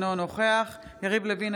אינו נוכח יריב לוין,